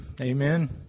amen